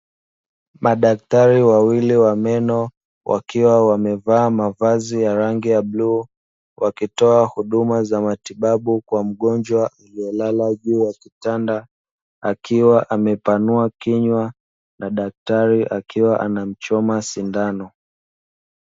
Madaktari wawili wa meno wakiwa wamevaa mavazi ya rangi ya bluu, wakitoa huduma kwa mgonjwa alielala juu ya kitanda akiwa amepanua kinywa na daktari akiwa anamchoma sindano.